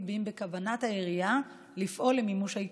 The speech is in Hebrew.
אם בכוונת העירייה לפעול למימוש היתרה.